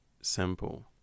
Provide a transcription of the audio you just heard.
simple